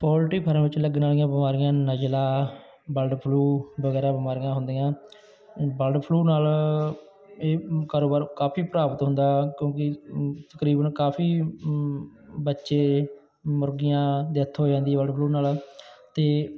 poultry farm ਵਿੱਚ ਲੱਗਣ ਵਾਲੀਆ ਬਿਮਾਰੀਆਂ ਨਜ਼ਲਾ ਬਲਡ ਫਲੂ ਵਗੈਰਾ ਬਿਮਾਰੀਆਂ ਹੁੰਦੀਆਂ ਬਲਡ ਫਲੂ ਨਾਲ ਇਹ ਕਾਰੋਬਾਰ ਕਾਫੀ ਪ੍ਰਭਾਵਿਤ ਹੁੰਦਾ ਕਿਉਂਕਿ ਤਕਰੀਬਨ ਕਾਫੀ ਬੱਚੇ ਮੁਰਗੀਆਂ ਡੈਥ ਹੋ ਜਾਂਦੀ ਬਲਡ ਫਲੂ ਨਾਲ ਅਤੇ